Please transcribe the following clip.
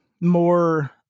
more